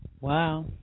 Wow